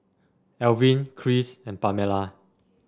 Elvin Chris and Pamella